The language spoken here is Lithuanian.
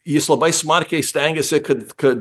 jis labai smarkiai stengiasi kad kad